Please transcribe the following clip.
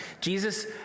Jesus